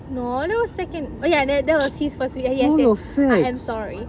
no that was second oh ya that that was his first wish ah yes yes I am sorry